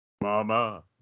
mama